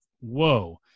whoa